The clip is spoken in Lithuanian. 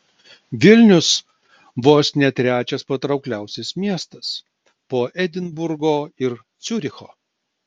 vilnius vos ne trečias patraukliausias miestas po edinburgo ir ciuricho